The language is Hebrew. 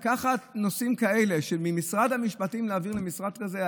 האם ייתכן לקחת נושאים כאלה ולהעביר ממשרד המשפטים למשרד כזה?